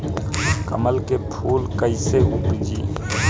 कमल के फूल कईसे उपजी?